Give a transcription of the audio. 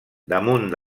damunt